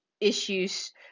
issues